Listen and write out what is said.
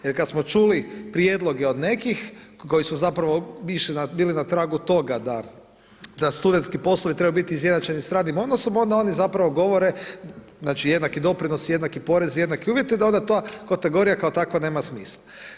Jer kada smo čuli prijedloge od nekih koji su zapravo bili na tragu toga da studentski poslovi trebaju biti izjednačeni sa radnim odnosom onda oni zapravo govore znači jednaki doprinos i jednaki porez, jednaki uvjeti da onda ta kategorija kao takva nema smisla.